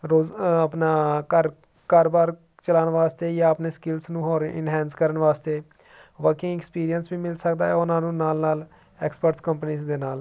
ਰੋਜ਼ ਆਪਣਾ ਘਰ ਘਰ ਬਾਰ ਚਲਾਉਣ ਵਾਸਤੇ ਜਾਂ ਆਪਣੇ ਸਕਿਲਸ ਨੂੰ ਹੋਰ ਇਨਹੈਂਸ ਕਰਨ ਵਾਸਤੇ ਵਰਕਿੰਗ ਐਕਸਪੀਰੀਅੰਸ ਵੀ ਮਿਲ ਸਕਦਾ ਉਹਨਾਂ ਨੂੰ ਨਾਲ ਨਾਲ ਐਕਸਪਰਟਸ ਕੰਪਨੀਸ ਦੇ ਨਾਲ